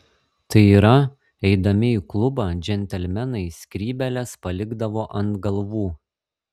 tai yra eidami į klubą džentelmenai skrybėles palikdavo ant galvų